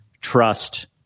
trust